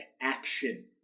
action